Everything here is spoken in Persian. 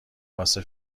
واسه